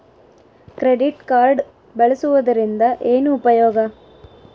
Credit card ಬಳಸುವದರಿಂದ ಏನು ಉಪಯೋಗ?